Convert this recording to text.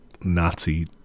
Nazi